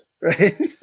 right